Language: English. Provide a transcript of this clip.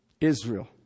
Israel